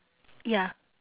ya